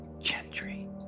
Gentry